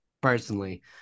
personally